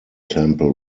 temple